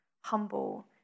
humble